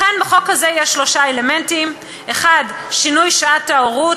לכן בחוק הזה יש שלושה אלמנטים: 1. שינוי שעת ההורות.